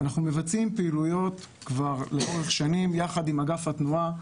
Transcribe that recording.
אנחנו מבצעים פעילויות כבר לאורך שנים יחד עם אגף התנועה,